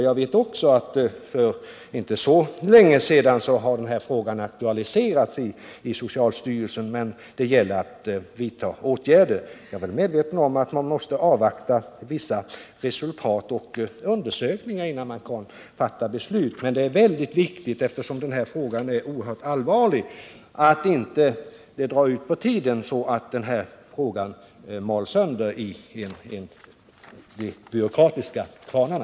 Jag vet också att den här frågan för inte så länge sedan har aktualiserats i socialstyrelsen, men det gäller ju att vidta åtgärder. Jag är medveten om att man måste avvakta vissa resultat och undersökningar innan man fattar beslut, men eftersom frågan är oerhört allvarlig är det väldigt viktigt att man inte drar ut på tiden så att den mals sönder i de byråkratiska kvarnarna.